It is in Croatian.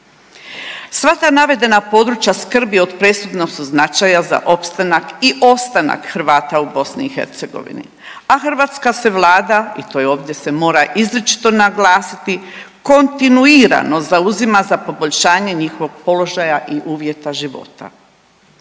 Sva ta navedena područja skrbi od presudnog su značaja za opstanak i ostanak Hrvata u BiH, a hrvatska se Vlada i to ovdje se mora izričito naglasiti kontinuirano zauzima za poboljšanje njihovog položaja i uvjeta života.